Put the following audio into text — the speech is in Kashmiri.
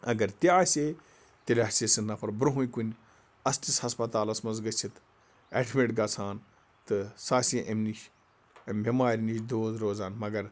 اَگر تہِ آسے تیٚلہِ آسے سُہ نفر برٛونٛہٕے کُنۍ اَصلِس ہَسپَتالَس منٛز گٔژھِتھ اٮ۪ڈمِٹ گَژھان تہٕ سُہ آسے اَمہِ نِش اَمہِ بٮ۪مارِ نِش دوٗر روزان مگر